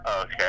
Okay